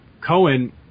Cohen